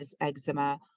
eczema